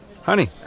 Honey